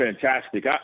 fantastic